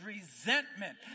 resentment